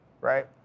right